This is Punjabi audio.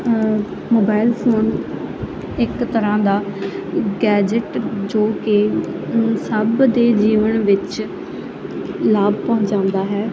ਮੋਬਾਇਲ ਫੋਨ ਇੱਕ ਤਰ੍ਹਾਂ ਦਾ ਗੈਜਟ ਜੋ ਕਿ ਸਭ ਦੇ ਜੀਵਨ ਵਿੱਚ ਲਾਭ ਪਹੁੰਚਾਉਂਦਾ ਹੈ